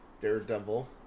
Daredevil